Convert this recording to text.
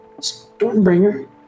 Stormbringer